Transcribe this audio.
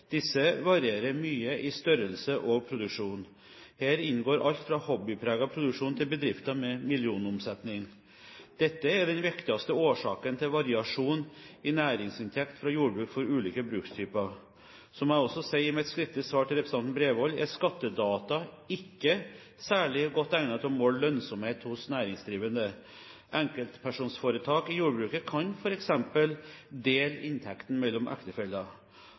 Disse varierer mye i størrelse og produksjon. Her inngår alt fra hobbypreget produksjon til bedrifter med millionomsetning. Dette er den viktigste årsaken til variasjonen i næringsinntekt fra jordbruk for ulike brukstyper. Som jeg også sier i mitt skriftlige svar til representanten Bredvold, er skattedata ikke særlig godt egnet til å måle lønnsomhet hos næringsdrivende. Enkeltpersonforetak i jordbruket kan f.eks. dele inntekten mellom